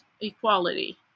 equality